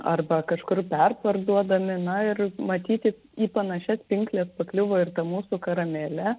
arba kažkur perparduodami na ir matyt į į panašias pinkles pakliuvo ir ta mūsų karamelė